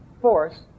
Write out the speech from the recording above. force